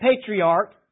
patriarch